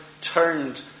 turned